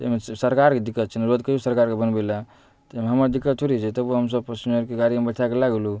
तऽ एहिमे सरकारके दिक्कत छै ने रोड कहिऔ सरकारके बनबै लऽ तऽ एहिमे हमर दिक्कत थोड़े छै तबो हमसब पसिंजरके गाड़ीमे बैठाके लै गेलहुँ